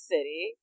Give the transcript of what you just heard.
City